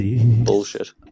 Bullshit